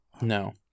No